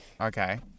Okay